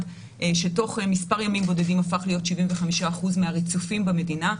שתוך כמה ימים בודדים הפך להיות 75% מהריצופים במדינה.